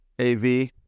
AV